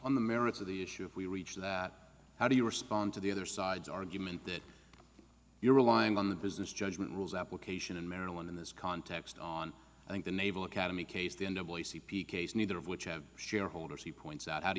on the merits of the issue we reached that how do you respond to the other side's argument that you're relying on the business judgment rules application in maryland in this context on i think the naval academy case the n w c p case neither of which have shareholders he points out how do